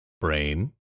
brain